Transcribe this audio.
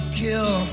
kill